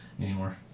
anymore